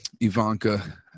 Ivanka